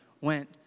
went